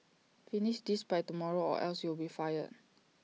finish this by tomorrow or else you'll be fired